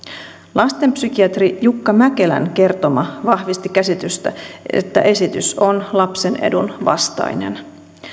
lastenpsykiatri jukka mäkelän kertoma vahvisti käsitystä että esitys on lapsen edun vastainen